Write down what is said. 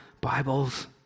Bibles